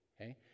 Okay